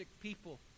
people